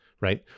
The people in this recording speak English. right